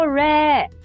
rare